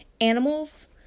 Animals